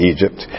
Egypt